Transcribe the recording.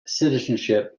citizenship